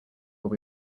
will